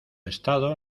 estado